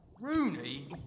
Rooney